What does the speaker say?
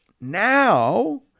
now